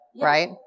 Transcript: right